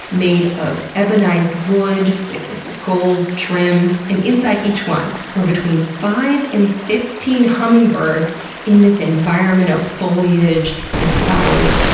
made of ebonized wood with this gold trim. and inside each one were between five and fifteen hummingbirds in this environment of foliage and flowers.